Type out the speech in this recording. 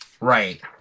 Right